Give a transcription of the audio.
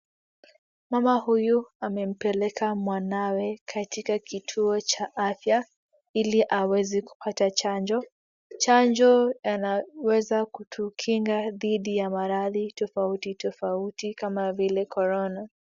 Mama huyu amempeleka mwanawe katika kituo cha afya ili aweze kupata chanjo, chanjo inaweza kutukinga dhidi ya maradhi tofauti tofauti kama vile korona.